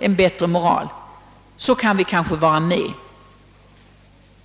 en bättre moral, så kunde man kanske bli enig.